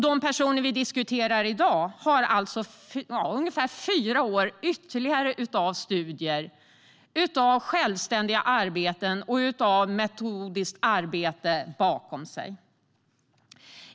De personer vi diskuterar i dag har alltså ungefär fyra år ytterligare av studier, självständiga arbeten och metodiskt arbete bakom sig.